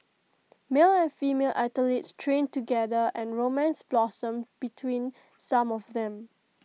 male and female athletes trained together and romance blossomed between some of them